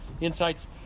insights